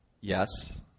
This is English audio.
yes